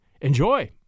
Enjoy